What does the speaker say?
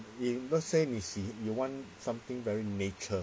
in let's say you see you want something very nature